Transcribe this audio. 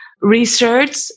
research